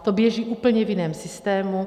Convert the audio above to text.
To běží v úplně jiném systému.